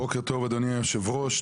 בוקר טוב אדוני יושב הראש,